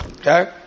Okay